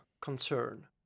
concern